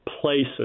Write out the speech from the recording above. places